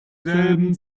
selben